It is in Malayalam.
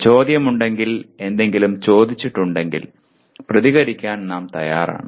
ഒരു ചോദ്യമുണ്ടെങ്കിൽ എന്തെങ്കിലും ചോദിച്ചിട്ടുണ്ടെങ്കിൽ പ്രതികരിക്കാൻ നാം തയ്യാറാണ്